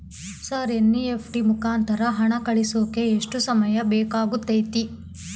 Sir NEFT ಮುಖಾಂತರ ಹಣ ಕಳಿಸೋಕೆ ಎಷ್ಟು ಸಮಯ ಬೇಕಾಗುತೈತಿ?